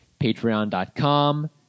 patreon.com